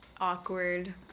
awkward